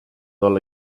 olla